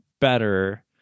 better